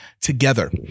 Together